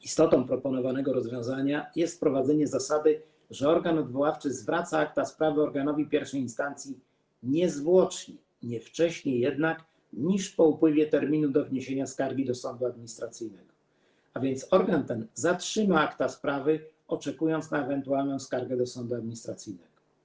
Istotą proponowanego rozwiązania jest wprowadzenie zasady, że organ odwoławczy zwraca akta sprawy organowi I instancji niezwłocznie, nie wcześniej jednak niż po upływie terminu do wniesienia skargi do sądu administracyjnego - a więc organ ten zatrzyma akta sprawy, oczekując na ewentualną skargę do sądu administracyjnego.